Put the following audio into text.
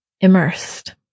immersed